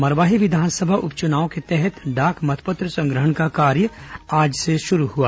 मरवाही विधानसभा उपचुनाव के तहत डाक मतपत्र संग्रहण का कार्य आज से शुरू हुआ